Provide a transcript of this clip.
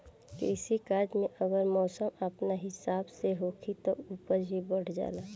कृषि कार्य में अगर मौसम अपना हिसाब से होखी तब उपज भी बढ़ जाला